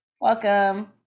welcome